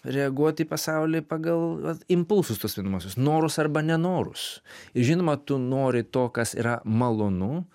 reaguot į pasaulį pagal vat impulsus tuos vadinamuosius norus arba nenorus ir žinoma tu nori to kas yra malonu